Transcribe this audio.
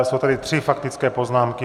Jsou tady tři faktické poznámky.